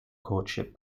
courtship